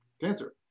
cancer